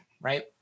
right